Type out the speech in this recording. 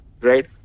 right